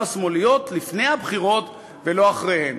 השמאליות לפני הבחירות ולא אחריהן.